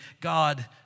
God